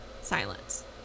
silence